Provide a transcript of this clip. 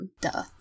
Duh